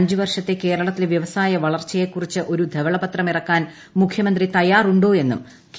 അഞ്ചുവർഷത്തെ കേരളത്തിലെ വൃവസായ വളർച്ചയെക്കുറിച്ചു ഒരു ധവളപത്രം ഇറക്കാൻ മുഖ്യമന്ത്രി തയാറുണ്ടോ എന്നും കെ